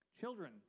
children